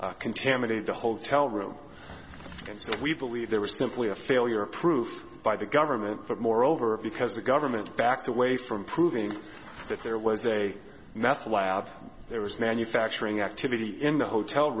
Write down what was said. contaminated the hotel room and so we believe there was simply a failure of proof by the government but moreover because the government backed away from proving that there was a meth lab there was no manufacturing activity in the hotel